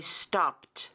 stopped